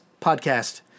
podcast